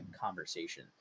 conversation